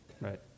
Right